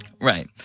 right